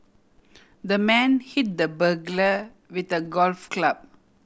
the man hit the burglar with a golf club